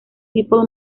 people